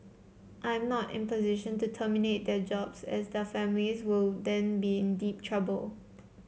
I am not in a position to terminate their jobs as their families will then be in deep trouble